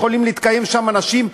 יכולים להתקיים שם אנשים,